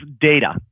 data